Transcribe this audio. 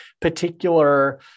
particular